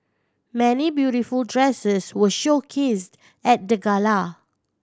many beautiful dresses were showcased at the gala